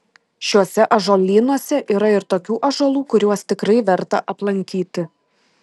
šiuose ąžuolynuose yra ir tokių ąžuolų kuriuos tikrai verta aplankyti